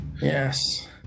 Yes